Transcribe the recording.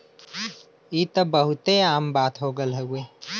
ई त बहुते आम बात हो गइल हउवे